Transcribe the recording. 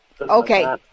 Okay